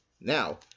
Now